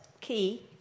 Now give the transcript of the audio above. key